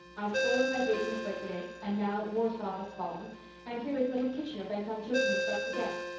i spoiled my baking of bread today and now warsaw has fallen and here is little kitchener bent on choking himself to death.